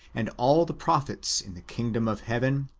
and all the pro phets in the kingdom of heaven,